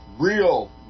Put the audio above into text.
real